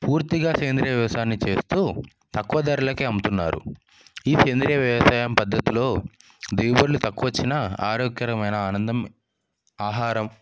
పూర్తిగా సేంద్రీయ వ్యవసాయాన్ని చేస్తూ తక్కువ ధరలకే అమ్ముతున్నారు ఈ సేంద్రీయ వ్యవసాయం పద్ధతిలో దిగుబడులు తక్కువ వచ్చినా ఆరోగ్యకరమైన ఆనందం ఆహారం